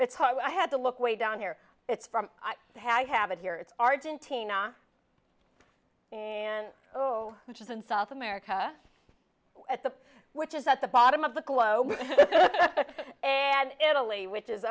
hard i had to look way down here it's from i have it here it's argentina and oh which is in south america at the which is at the bottom of the globe and italy which is